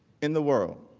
in the world.